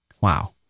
Wow